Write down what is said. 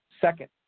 second